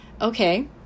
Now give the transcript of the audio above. okay